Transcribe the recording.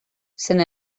sent